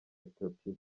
ethiopia